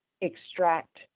extract